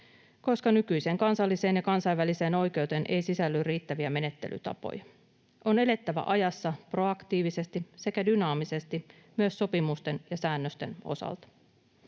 koska nykyiseen kansalliseen ja kansainväliseen oikeuteen ei sisälly riittäviä menettelytapoja. On elettävä ajassa proaktiivisesti sekä dynaamisesti myös sopimusten ja säännösten osalta.